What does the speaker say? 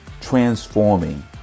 transforming